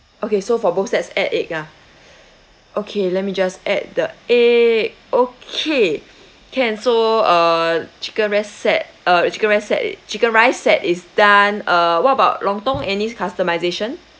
okay so for both sets add egg ah okay let me just add the egg okay can so uh chicken ric~ set uh chicken ric~ set chicken rice set is done uh what about lontong any customization